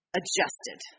adjusted